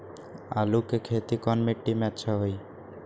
आलु के खेती कौन मिट्टी में अच्छा होइ?